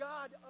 God